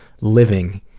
living